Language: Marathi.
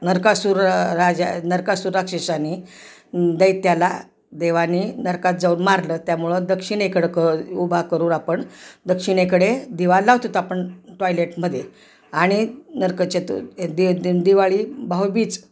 नरकासूर राजा नरकासूर राक्षसाने दैत्याला देवानी नरकात जाऊन मारलं त्यामुळं दक्षिणेकडं क उभा करूून आपण दक्षिणेकडे दिवा लावतोत आपण टॉयलेटमध्ये आणि नारकचतु दिन दिन दिवाळी भाऊबीज